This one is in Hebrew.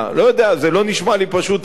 זה לא נשמע לי פשוט הגיוני,